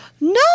No